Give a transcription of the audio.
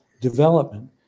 development